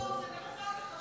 אך עוד לא חלפו שעות,